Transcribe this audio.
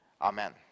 Amen